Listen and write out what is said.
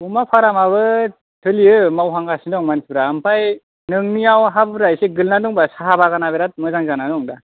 अमा फारामाबो सोलियो मावहांगासिनो दं मानसिफ्रा आमफ्राय नोंनियाव हा बुरजा एसे गोलैनानै दंब्ला साहा बागाना बिराद मोजां जानानै दं दा